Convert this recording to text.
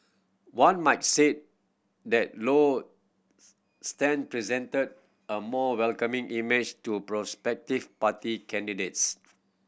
one might say that Low stance presented a more welcoming image to prospective party candidates